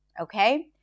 okay